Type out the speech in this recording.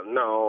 no